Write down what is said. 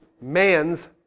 man's